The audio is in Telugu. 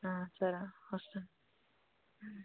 సరే వస్తాను